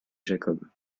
jacob